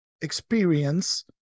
experience